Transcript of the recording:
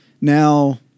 Now